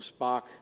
Spock